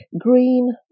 green